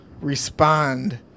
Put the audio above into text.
respond